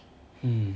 mm